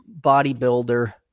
bodybuilder